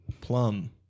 Plum